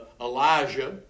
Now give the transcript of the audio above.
Elijah